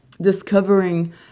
discovering